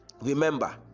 remember